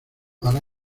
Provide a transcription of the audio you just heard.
hará